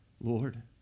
Lord